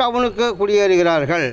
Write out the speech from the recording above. டவுனுக்கு குடியேறுகிறார்கள்